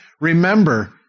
Remember